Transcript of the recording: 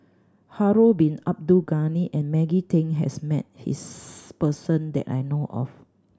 Harun Bin Abdul Ghani and Maggie Teng has met this person that I know of